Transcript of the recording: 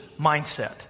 mindset